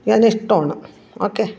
അതിന് ഇഷ്ടമാണ് ഓക്കേ